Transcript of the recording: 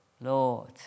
Lord